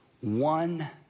one